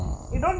ah